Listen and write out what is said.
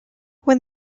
when